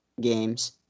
games